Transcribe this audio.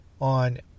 on